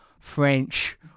French